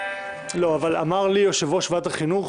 לא, אבל אמר לי יושב-ראש ועדת החינוך